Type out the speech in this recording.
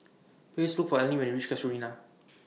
Please Look For Eleni when YOU REACH Casuarina